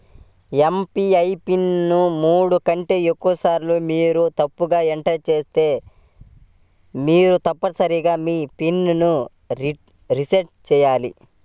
UPI pin ను మూడు కంటే ఎక్కువసార్లు మీరు తప్పుగా ఎంటర్ చేస్తే మీరు తప్పనిసరిగా మీ పిన్ ను రీసెట్ చేయాలి